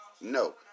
no